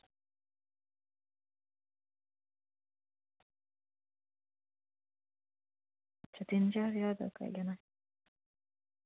तीन चार ज्हार तगर